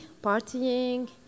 partying